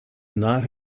not